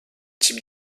type